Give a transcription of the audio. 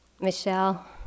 Michelle